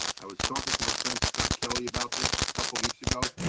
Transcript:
i was talking to my friend scott kelly about this couple of weeks ago.